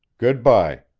good-by,